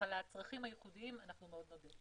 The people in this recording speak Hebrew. לצרכים הייחודיים, נודה.